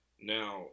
now